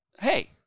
hey